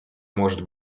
может